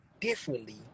differently